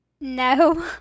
no